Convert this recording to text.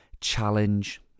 challenge